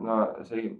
na sakykim